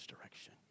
direction